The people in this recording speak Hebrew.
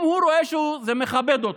אם הוא רואה שזה מכבד אותו,